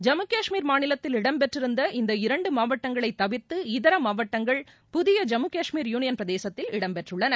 ஜம்மு கஷ்மீர் மாநிலத்தில் இடம்பெற்றிருந்த இந்த இரண்டு மாவட்டங்களை தவிர்த்து இதர மாவட்டங்கள் புதிய ஜம்மு கஷ்மீர் யூனியன் பிரதேசத்தில் இடம்பெற்றுள்ளன